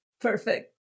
Perfect